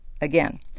again